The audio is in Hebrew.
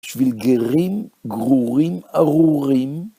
בשביל גרים, גרורים, ארורים.